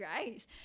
great